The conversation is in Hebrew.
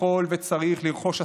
יכול וצריך לרכוש השכלה,